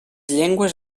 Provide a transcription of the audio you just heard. llengües